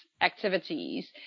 activities